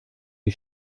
sie